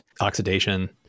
oxidation